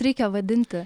reikia vadinti